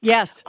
Yes